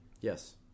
Yes